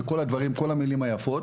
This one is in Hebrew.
וכל המלים היפות,